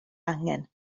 angen